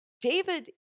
David